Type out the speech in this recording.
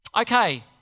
Okay